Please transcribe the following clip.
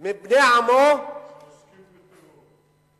עם בני עמו, שעוסקים בטרור.